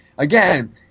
Again